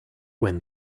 when